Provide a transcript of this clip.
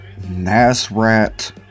Nasrat